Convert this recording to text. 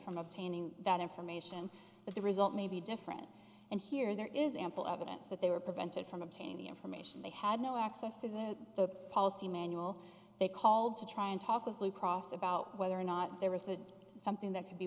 from obtaining that information but the result may be different and here there is ample evidence that they were prevented from obtaining the information they had no access to that the policy manual they called to try and talk with blue cross about whether or not there was that something that could be